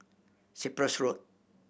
Cyprus Road